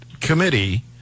committee